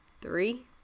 three